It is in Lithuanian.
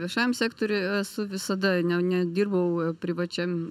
viešajam sektoriui esu visada ne nedirbau privačiam